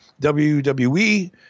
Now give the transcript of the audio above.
WWE